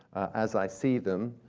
as i see them,